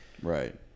right